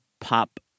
pop